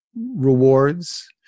rewards